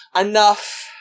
Enough